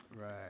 Right